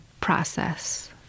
process